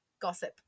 gossip